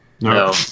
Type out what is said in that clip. no